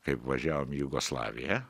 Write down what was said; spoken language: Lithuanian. kaip važiavom į jugoslaviją